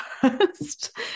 first